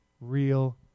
real